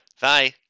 Bye